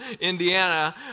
Indiana